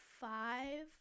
five